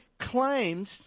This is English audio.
claims